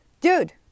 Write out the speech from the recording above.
Dude